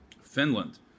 Finland